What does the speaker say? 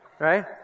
Right